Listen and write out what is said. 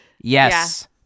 Yes